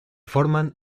forman